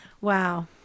wow